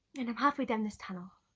and i'm half way down this tunnel,